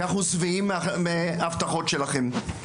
אנחנו שבעים מההבטחות שלכם.